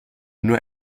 nur